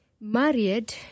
married